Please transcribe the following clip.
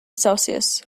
celsius